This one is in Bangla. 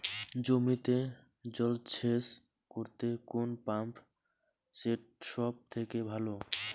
জমিতে জল সেচ করতে কোন পাম্প সেট সব থেকে ভালো?